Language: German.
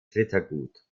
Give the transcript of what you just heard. rittergut